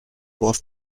was